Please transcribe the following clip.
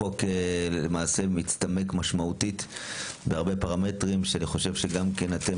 החוק מצטמק משמעותית בהרבה פרמטרים שאני חושב שגם אתם,